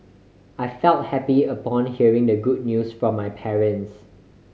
I felt happy upon hearing the good news from my parents